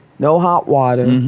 no hot water.